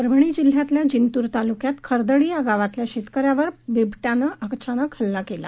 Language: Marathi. परभणी जिल्ह्यातल्या जिंतूर तालुक्यात खरदडी या गावातल्या शेतकन्यावर बिबट्यानं अचानक हल्ला केला